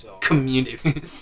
Community